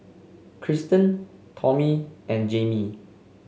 Christen Tommy and Jayme